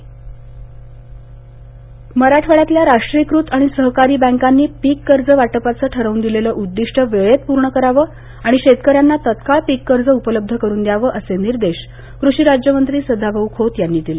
सदाभाऊ बोत मराठवाड्यातल्या राष्ट्रीयीकृत आणि सहकारी बँकांनी पीक कर्ज वाटपाचं ठरवून दिलेलं उद्दिष्ट वेळेत पूर्ण करावं आणि शेतकऱ्यांना तत्काळ पीक कर्ज उपलब्ध करून द्यावं असे निर्देश कृषी राज्यमंत्री सदाभाऊ खोत यांनी दिले